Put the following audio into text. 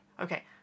Okay